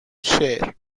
share